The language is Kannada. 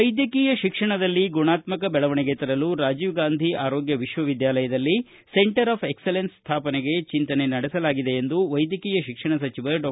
ವೈದ್ಯಕೀಯ ಶಿಕ್ಷಣದಲ್ಲಿ ಗುಣಾತ್ಮಕ ಬೆಳವಣಿಗೆ ತರಲು ರಾಜೀವ್ ಗಾಂಧಿ ಆರೋಗ್ಯ ವಿಶ್ವವಿದ್ಯಾಲಯದಲ್ಲಿ ಸೆಂಟರ್ ಆಫ್ ಎಕ್ಸೆಲೆನ್ಸ್ ಸ್ಥಾಪನೆಗೆ ಚಿಂತನೆ ನಡೆಸಲಾಗಿದೆ ಎಂದು ವೈದ್ಯಕೀಯ ಶಿಕ್ಷಣ ಸಚಿವ ಡಾ